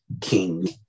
king